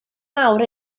mawr